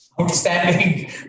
Outstanding